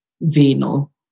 venal